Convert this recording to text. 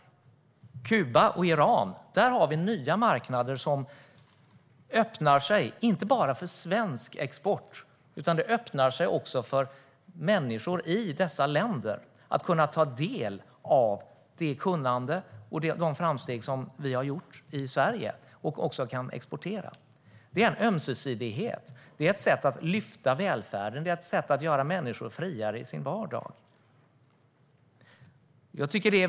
Kuba och Iran - där har vi nya marknader som öppnar sig, inte bara för svensk export utan så att människor i dessa länder kan ta del av det kunnande vi har och de framsteg vi gjort i Sverige och även kan exportera. Det är en ömsesidighet. Det är ett sätt att höja välfärden. Det är ett sätt att göra människor friare i sin vardag.